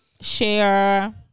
share